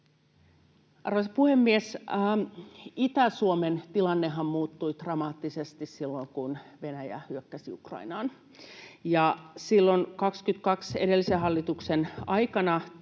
Arvoisa puhemies! Itä-Suomen tilannehan muuttui dramaattisesti silloin, kun Venäjä hyökkäsi Ukrainaan. Ja silloin 2022 edellisen hallituksen aikana